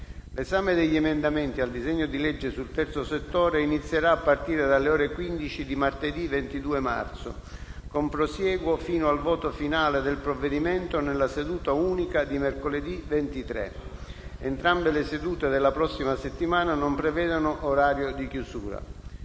L'esame degli emendamenti al disegno di legge sul terzo settore inizierà a partire dalle ore 15 di martedì 22 marzo, con prosieguo fino al voto finale del provvedimento nella seduta unica di mercoledì 23. Entrambe le sedute della prossima settimana non prevedono orario di chiusura.